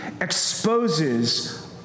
exposes